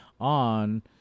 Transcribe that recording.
on